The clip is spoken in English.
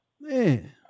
Man